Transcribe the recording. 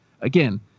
again